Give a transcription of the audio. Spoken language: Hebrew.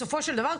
בסופו של דבר,